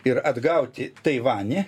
ir atgauti taivanį